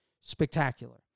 spectacular